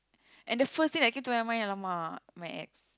and the first thing that came to my mind !alamak! my ex